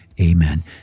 Amen